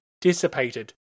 dissipated